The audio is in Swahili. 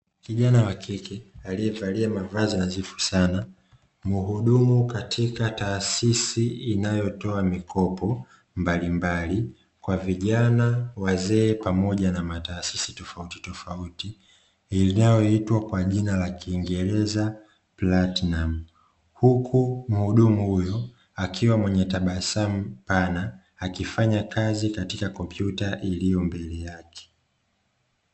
Kijana wa kike alievalia mavazi nadhifu sana mhudumu katika taasisi inayotoa mikopo mbalimbali kwa Vijana, wazee pamoja na mataasisi tofautitofauti inayoitwa kwa jina la kiingereza “platinum” , huku mhudumu huyo akiwa na tabasamu pana akifanya kazi katika kompyuta iliyo mbele yake.